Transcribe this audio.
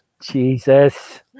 Jesus